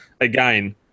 Again